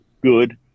good